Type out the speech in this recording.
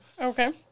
Okay